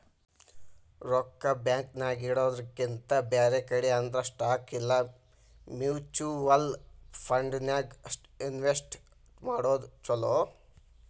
ರೊಕ್ಕಾ ಬ್ಯಾಂಕ್ ನ್ಯಾಗಿಡೊದ್ರಕಿಂತಾ ಬ್ಯಾರೆ ಕಡೆ ಅಂದ್ರ ಸ್ಟಾಕ್ ಇಲಾ ಮ್ಯುಚುವಲ್ ಫಂಡನ್ಯಾಗ್ ಇನ್ವೆಸ್ಟ್ ಮಾಡೊದ್ ಛಲೊ